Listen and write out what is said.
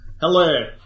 Hello